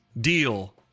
deal